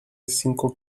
cinco